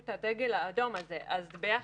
כ-70%.